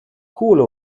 kohle